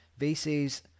VC's